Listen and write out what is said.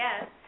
Yes